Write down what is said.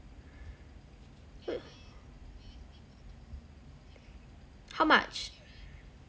how much